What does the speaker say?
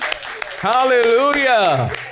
Hallelujah